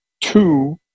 Two